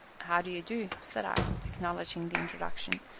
how do you do? said i, acknowledging the introduction,